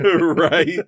right